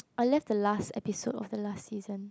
I left the last episode of the last season